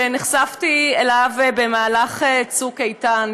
אני מדברת על חוק שנחשפתי אליו במהלך צוק איתן,